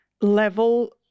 level